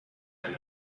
and